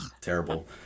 Terrible